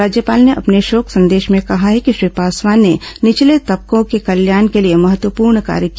राज्यपाल ने अपने शोक संदेश में कहा है कि श्री पासवान ने निचले तबकों को कल्याण के ॅलिए महत्वपूर्ण कार्य किया